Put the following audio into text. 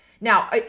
Now